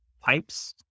pipes